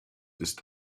ist